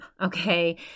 Okay